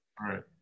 Right